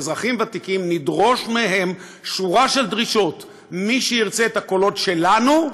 של אזרחים ותיקים נדרוש מהם שורה של דרישות: מי שרוצה את הקולות שלנו,